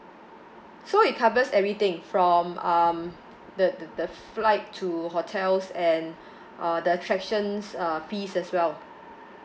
so it covers everything from um the the the flight to hotels and uh the attractions uh fees as well